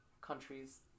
countries